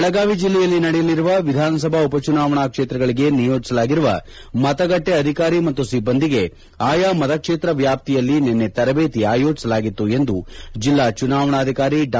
ದೆಳಗಾವಿ ಜಿಲ್ಲೆಯಲ್ಲಿ ನಡೆಯಲಿರುವ ವಿಧಾನಸಭಾ ಉಪಚುನಾವಣಾ ಕ್ಷೇತ್ರಗಳಿಗೆ ನಿಯೋಜಿಸಲಾಗಿರುವ ಮತಗಟ್ಟೆ ಅಧಿಕಾರಿ ಮತ್ತು ಸಿಬ್ಬಂದಿಗೆ ಆಯಾ ಮತ ಕ್ಷೇತ್ರ ವ್ಯಾಪ್ತಿಯಲ್ಲಿ ನಿನ್ನೆ ತರಬೇತಿ ಆಯೋಜಿಸಲಾಗಿತ್ತು ಎಂದು ಜಿಲ್ಲಾ ಚುನಾವಣಾಧಿಕಾರಿ ಡಾ